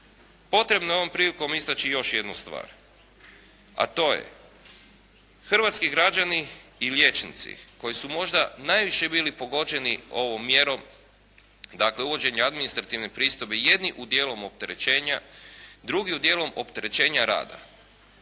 Potrebno je ovom prilikom istači još jednu stvar a to je hrvatski građani i liječnici koji su možda najviše biti pogođeni ovom mjerom, dakle, uvođenje administrativne pristojbe jedni u dijelom opterećenja, drugi u dijelom opterećenja rada.